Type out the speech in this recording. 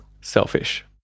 selfish